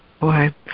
Boy